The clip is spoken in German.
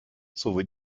sowie